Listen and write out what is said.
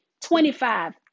twenty-five